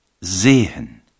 Sehen